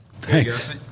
Thanks